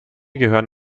gehören